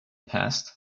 passed